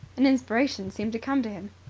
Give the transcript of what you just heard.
an inspiration seemed to come to him.